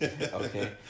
okay